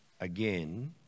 again